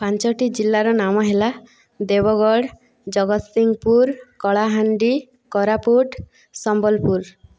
ପାଞ୍ଚଟି ଜିଲ୍ଲାର ନାମ ହେଲା ଦେବଗଡ଼ ଜଗତସିଂହପୁର କଳାହାଣ୍ଡି କୋରାପୁଟ ସମ୍ବଲପୁର